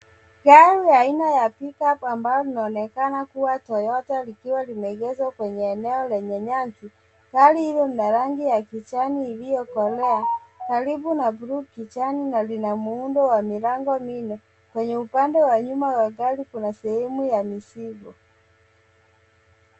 Gari aina ya Pick Up ambayo inaonekana kua toyota likiwa llimeegezwa kwenye eneo lenye nyasi, gari hili lina rangi ya kijani iliyo kolea karibu na bluu, kijani na lina muundo wa milango minne kwenye upande wa nyuma wa gari kuna sehemu ya mizigo.